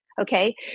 Okay